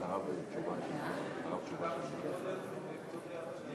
תודה רבה לך, חברי חברי הכנסת,